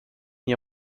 nie